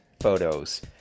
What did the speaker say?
photos